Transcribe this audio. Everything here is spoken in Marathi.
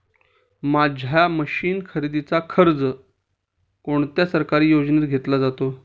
माझ्या मशीन खरेदीचा खर्च कोणत्या सरकारी योजनेत घेतला जातो?